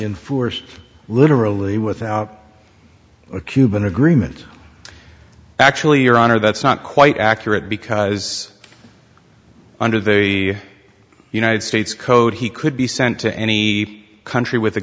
enforced literally without a cuban agreement actually your honor that's not quite accurate because under very united states code he could be sent to any country with a